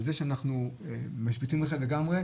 על זה שאנחנו משביתים רכב לגמרי,